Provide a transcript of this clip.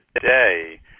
today